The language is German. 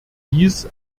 dies